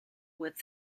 with